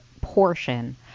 portion